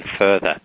further